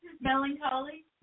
Melancholy